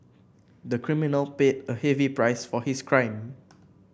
the criminal paid a heavy price for his crime